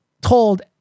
told